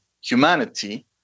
humanity